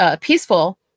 peaceful